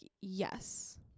yes